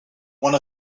one